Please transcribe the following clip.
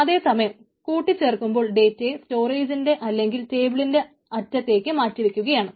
അതേസമയം കൂട്ടിച്ചേർക്കുമ്പോൾ ഡേറ്റയെ സ്റ്റോറേജിന്റെ അല്ലെങ്കിൽ ടേബിളിന്റെ അറ്റത്തേക്ക് മാറ്റിവയ്ക്കുകയാണ്